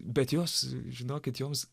bet jos žinokit joms